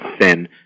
thin